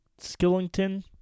Skillington